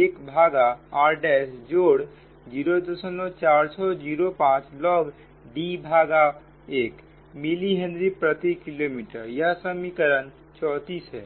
1 भागा r' जोड़ 04605 log D भागा 1 मिली हेनरी प्रति किलोमीटर यह समीकरण 34 है